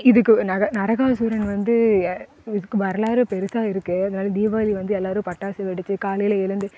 இதுக்கு நர நரகாசூரனை வந்து இதுக்கு வரலாறு பெருசாக இருக்குது அதனால் தீபாளி வந்து எல்லாரும் பட்டாசு வெடிச்சி காலையில் எழுந்து